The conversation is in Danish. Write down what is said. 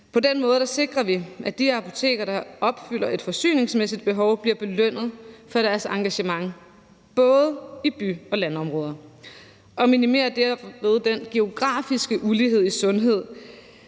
På den måde sikrer vi, at de apoteker, der opfylder et forsyningsmæssigt behov, bliver belønnet for deres engagement, både i by- og landområder, og vi minimerer derved den geografiske ulighed i sundhed,